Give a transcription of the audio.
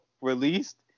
released